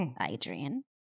Adrian